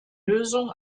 lösung